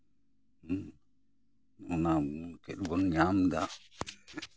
ᱚᱱᱟ ᱪᱮᱫ ᱵᱚᱱ ᱧᱟᱢᱫᱟ